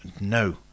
no